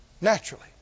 naturally